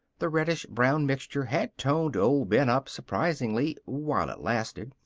the reddish-brown mixture had toned old ben up surprisingly while it lasted.